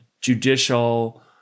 judicial